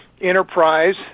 enterprise